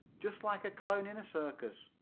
just like a clown in a circus,